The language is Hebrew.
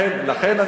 זה ההבדל,